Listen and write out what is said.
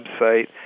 website